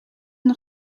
nog